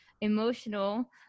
emotional